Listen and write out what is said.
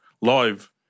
Live